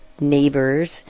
neighbors